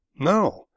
No